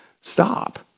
stop